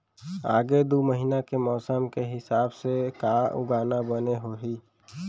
आगे दू महीना के मौसम के हिसाब से का उगाना बने होही?